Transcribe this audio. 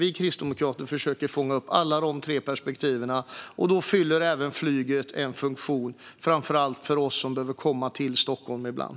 Vi kristdemokrater försöker fånga upp alla de tre perspektiven. Då fyller även flyget en funktion, framför allt för oss som behöver komma till Stockholm ibland.